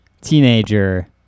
teenager